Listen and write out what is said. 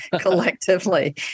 collectively